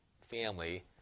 family